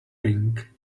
rink